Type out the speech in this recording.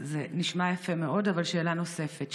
זה נשמע יפה מאוד, אבל שאלה נוספת.